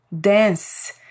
dance